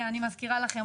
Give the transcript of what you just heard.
אני מזכירה לכם,